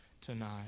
tonight